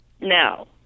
No